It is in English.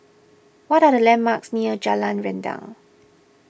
what are the landmarks near Jalan Rendang